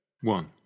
One